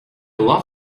lot